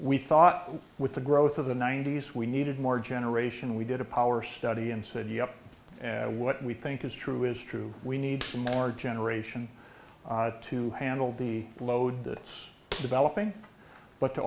we thought with the growth of the ninety's we needed more generation we did a power study and said yup what we think is true is true we need some more generation to handle the load that it's developing but to